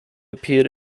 appeared